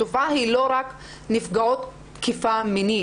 התופעה היא לא רק נפגעות תקיפה מינית.